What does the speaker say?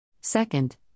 Second